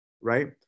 Right